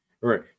Right